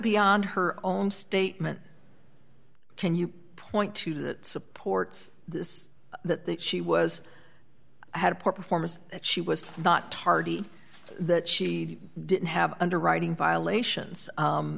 beyond her own statement can you point to that supports that that she was had poor performance that she was not tardy that she didn't have underwriting violations